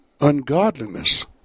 ungodliness